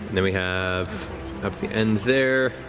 then we have up the end there,